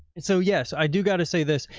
and so yes, i do got to say this.